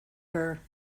her